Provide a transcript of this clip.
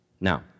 Now